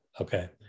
Okay